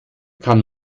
kann